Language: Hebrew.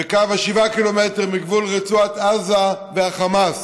וקו ה-7 ק"מ מגבול רצועת עזה והחמאס.